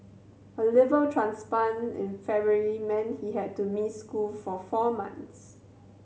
a liver transplant in February meant he had to miss school for four months